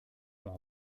ont